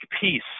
peace